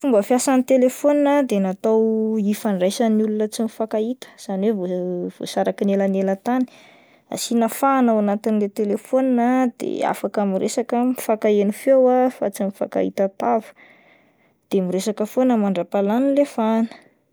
Fomba fiasan'ny telefona dia natao ifandraisan'ny olona tsy mifankahita izany hoe vo-voasaraky ny elanelan-tany, asiana fahana ao anatin'le telefona de afaka miresaka, mifankaheno feo ah fa tsy mifankahita tava, de miresaka foana maandrapaha lanin 'le fahana.